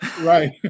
Right